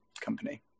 company